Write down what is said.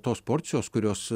tos porcijos kurios